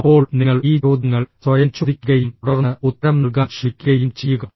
അപ്പോൾ നിങ്ങൾ ഈ ചോദ്യങ്ങൾ സ്വയം ചോദിക്കുകയും തുടർന്ന് ഉത്തരം നൽകാൻ ശ്രമിക്കുകയും ചെയ്യുക